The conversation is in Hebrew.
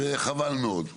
וחבל מאוד,